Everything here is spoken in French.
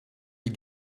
les